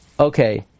Okay